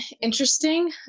interesting